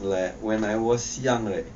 like when I was young right